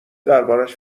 دربارش